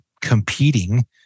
competing